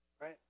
Right